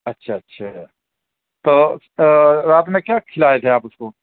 اچھا اچھا تو رات میں کیا کھلائے تھے آپ اُس کو